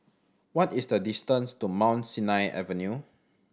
what is the distance to Mount Sinai Avenue